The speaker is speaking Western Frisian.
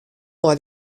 mei